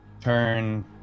turn